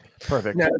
Perfect